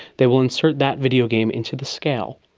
they will insert that videogame into the scale.